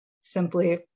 Simply